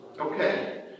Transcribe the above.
Okay